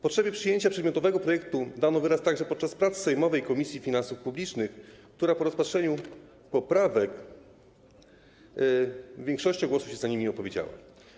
Potrzebie przyjęcia przedmiotowego projektu dano wyraz także podczas prac sejmowej Komisji Finansów Publicznych, która po rozpatrzeniu poprawek większością głosów za nimi się opowiedziała.